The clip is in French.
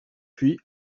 puis